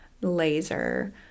Laser